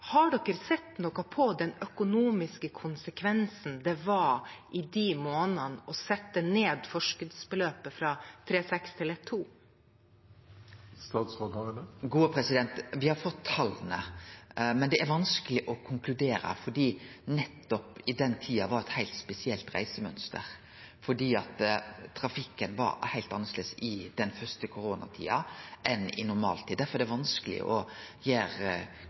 den økonomiske konsekvensen det fikk i de månedene at man satte ned forskuddsbeløpet fra 3 600 kr til 1 200 kr? Me har fått tala, men det er vanskeleg å konkludere fordi det var eit heilt spesielt reisemønster i den tida. Trafikken var heilt annleis i den første koronatida enn i normal tid. Derfor er det vanskeleg å